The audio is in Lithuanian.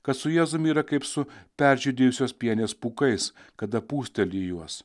kad su jėzumi yra kaip su peržydėjusios pienės pūkais kada pūsteli juos